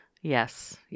Yes